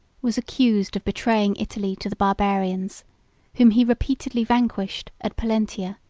was accused of betraying italy to the barbarians whom he repeatedly vanquished at pollentia,